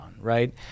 right